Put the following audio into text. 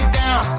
down